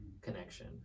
connection